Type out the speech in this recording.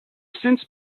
since